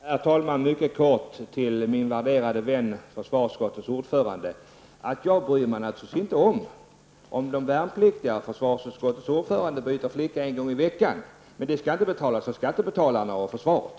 Herr talman! Mycket kort till min värderade vän försvarsutskottets ordförande: Jag bryr mig naturligtvis inte om ifall de värnpliktiga eller försvarsutskottets ordförande byter flickvän en gång i veckan, men det skall inte bekostas av skattebetalarna eller försvaret.